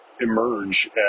emerge